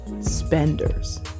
spenders